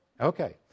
Okay